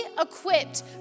equipped